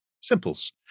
Simples